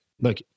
look